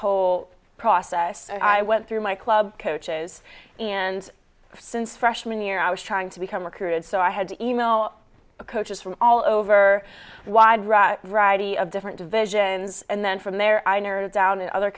whole process i went through my club coaches and since freshman year i was trying to become accrued so i had to email a coaches from all over the wide rock variety of different divisions and then from there i narrowed down and other